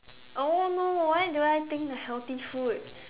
oh no why do I think the healthy food